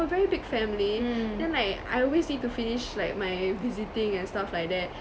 very big family then like I always need to finish like my visiting and stuff like that